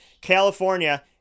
California